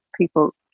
people